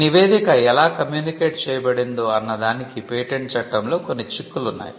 ఈ నివేదిక ఎలా కమ్యూనికేట్ చేయబడిందో అన్న దానికి పేటెంట్ చట్టంలో కొన్ని చిక్కులు ఉన్నాయి